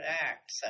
act